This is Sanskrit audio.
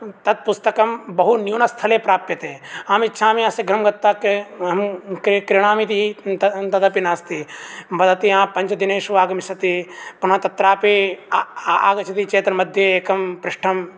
तत् पुस्तकं बहुन्यूनस्थले प्राप्यते अहमिच्छामि अस्य गृहं गत्वा ते अहं क्रीणामीति तद् तदपि नास्ति वदति पञ्चदिनेषु आगमिष्यति पुनः तत्रापि आ आगच्छति चेत् मध्ये एकं पृष्ठं